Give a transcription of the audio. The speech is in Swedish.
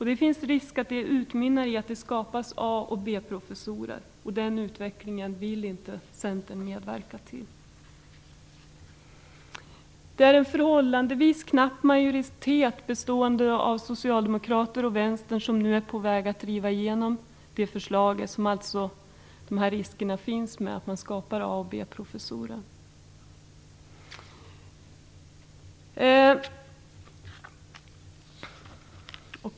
Det finns risk för att det utmynnar i att det skapas A och B-professurer. Den utvecklingen vill inte Centern medverka till. Det är en förhållandevis knapp majoritet bestående av socialdemokrater och vänsterpartister som nu på väg att driva igenom det förslaget, som alltså innebär risk för A och B-professurer.